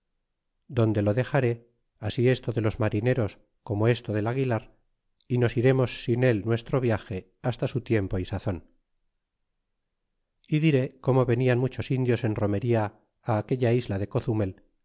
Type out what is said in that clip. donde lo dexaré así esto de los marineros como esto del aguilar y nos iremos sin el nuestro viage basta su tiempo y sazon y diré como venían muchos indios en romería fi aquella isla de cozumel